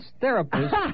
therapist